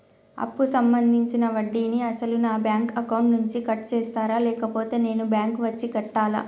అప్పు సంబంధించిన వడ్డీని అసలు నా బ్యాంక్ అకౌంట్ నుంచి కట్ చేస్తారా లేకపోతే నేను బ్యాంకు వచ్చి కట్టాలా?